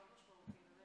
חבריי וחברותיי חברי